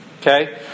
Okay